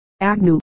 Agnew